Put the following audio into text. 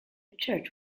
church